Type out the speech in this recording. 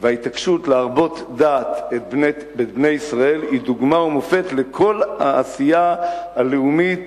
וההתעקשות להרבות דעת את בני ישראל הן דוגמה ומופת לכל העשייה הלאומית